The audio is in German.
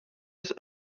des